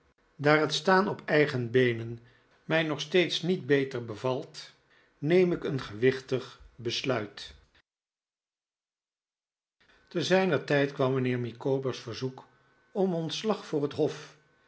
daar het staan op eigen beenen mij nog steeds niet beter bevalt neem ik een gewichtig besluit te zijner tijd kwam mijnheer micawber's verzoek om ontslag voor het hof